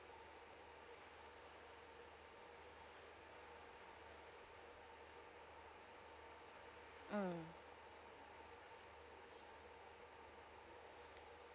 mm